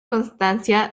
constancia